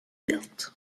built